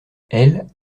elles